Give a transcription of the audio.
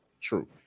true